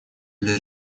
для